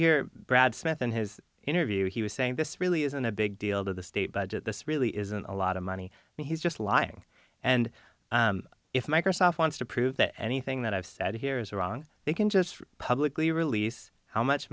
hear brad smith in his interview he was saying this really isn't a big deal to the state budget this really isn't a lot of money and he's just lying and if microsoft wants to prove that anything that i've said here is wrong they can just publicly release how much